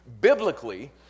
biblically